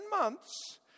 months